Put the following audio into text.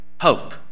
hope